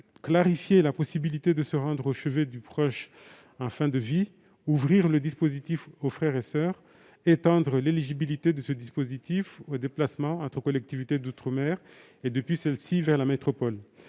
clarifier la possibilité de se rendre au chevet du proche en fin de vie, ouvrir le dispositif aux frères et soeurs et étendre l'éligibilité de ce dispositif tant aux déplacements entre les collectivités d'outre-mer qu'aux déplacements entre